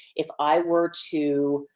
if i were to,